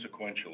sequentially